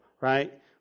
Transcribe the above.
right